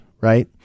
Right